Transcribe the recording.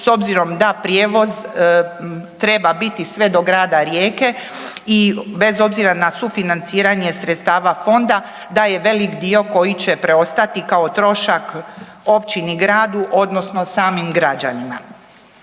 s obzirom da prijevoz treba biti sve do grada Rijeke i bez obzira na sufinanciranje sredstava fonda, da je velik dio koji će preostati kao trošak općini i gradu, odnosno samim građanima.